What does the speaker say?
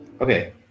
Okay